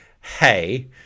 Hey